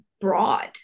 broad